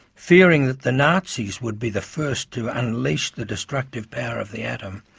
fearing that the nazis would be the first to unleash the destructive power of the atom,